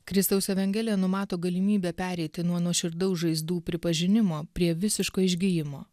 kristaus evangelija numato galimybę pereiti nuo nuoširdaus žaizdų pripažinimo prie visiško išgijimo